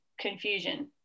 confusion